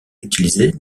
utilisée